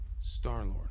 Star-Lord